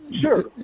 Sure